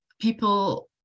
people